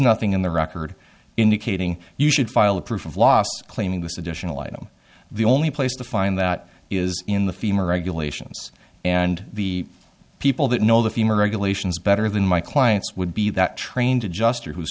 nothing in the record indicating you should file a proof of loss claiming this additional item the only place to find that is in the femur regulations and the people that know the femur regulations better than my clients would be that trained adjuster who